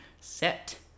Set